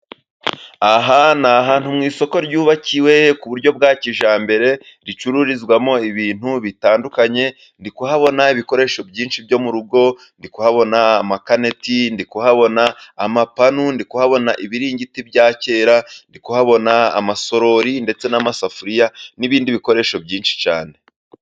Aha ni ahantu mu isoko ryubakiwe ku buryo bwa kijyambere, ricururizwamo ibintu bitandukanye. Ndi kuhabona ibikoresho byinshi byo mu rugo, ndi kuhabona amakaneti, ndi kuhabona amapanu, ndi kuhabona ibiringiti bya kera, ndi kuhabona amasorori, ndetse n'amasafuriya n'ibindi bikoresho byinshi cyane.